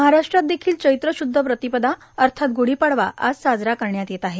महाराष्ट्रात देखिल चैत्र शुद्ध प्रतिपदा अर्थात ग्रढीपाडवा आज साजरा करण्यात येत आहे